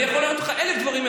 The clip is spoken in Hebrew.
אני יכול להראות לך אלף דברים.